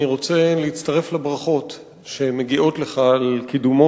אני רוצה להצטרף לברכות שמגיעות לך על קידומו